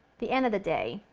the end of the day,